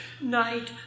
night